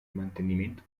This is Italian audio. mantenimento